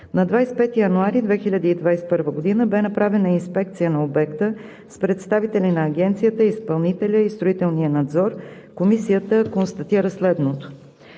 На 25 януари 2021 г. бе направена инспекция на обекта с представители на Агенцията, изпълнителя и строителния надзор. Комисията констатира следното: